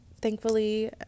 thankfully